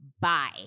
Bye